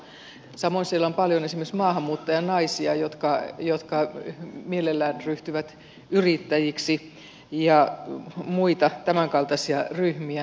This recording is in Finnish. samoin siellä on paljon esimerkiksi maahanmuuttajanaisia jotka mielellään ryhtyvät yrittäjiksi ja muita tämänkaltaisia ryhmiä